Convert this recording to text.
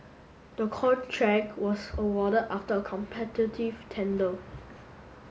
the contract was awarded after a competitive tender